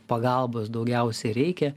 pagalbos daugiausiai reikia